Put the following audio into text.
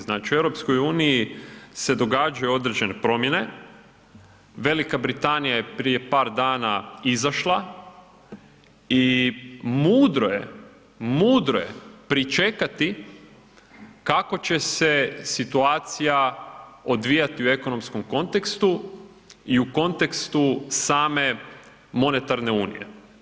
Znači u EU se događaju određene promjene, Velika Britanija je prija par dana izašla i mudro je, mudro je pričekati kako će se situacija odvijati u ekonomskom kontekstu i u kontekstu same monetarne unije.